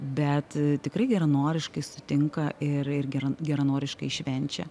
bet tikrai geranoriškai sutinka ir ir geran geranoriškai švenčia